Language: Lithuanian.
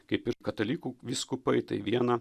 kaip ir katalikų vyskupai tai viena